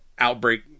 Outbreak